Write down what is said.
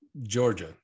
Georgia